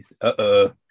Uh-oh